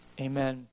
Amen